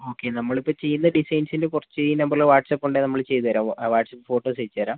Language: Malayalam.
ഓക്കെ നമ്മളിപ്പം ചെയ്യുന്ന ഡിസൈൻസിൻ്റെ കുറച്ച് ഈ നമ്പറിൽ വാട്സപ്പ് ഉണ്ടെങ്കിൽ നമ്മൾ ചെയ്ത് തരാം വാട്സപ്പ് ഫോട്ടോസ് അയച്ച് തരാം